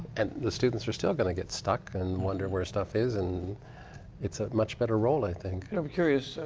and the students are still going to get stuck and wonder where stuff is and it's a much better role, i think. daryl and i'm curious.